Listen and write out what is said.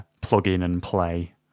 plug-in-and-play